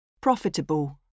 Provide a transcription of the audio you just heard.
Profitable